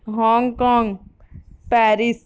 Hong Kong Paris